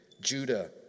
Judah